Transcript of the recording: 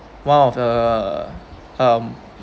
one of the um